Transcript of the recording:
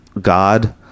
god